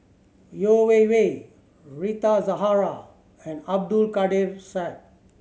Yeo Wei Wei Rita Zahara and Abdul Kadir Syed